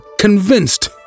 convinced